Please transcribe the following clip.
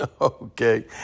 okay